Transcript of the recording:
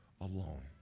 alone